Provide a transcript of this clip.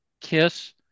Kiss